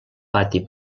pati